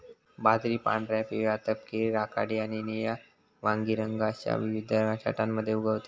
बाजरी पांढऱ्या, पिवळ्या, तपकिरी, राखाडी आणि निळ्या वांगी रंग अश्या विविध छटांमध्ये उगवतत